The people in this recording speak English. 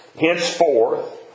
henceforth